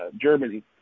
Germany